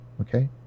Okay